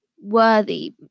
worthy